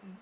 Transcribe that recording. uh mm